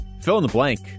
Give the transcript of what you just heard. fill-in-the-blank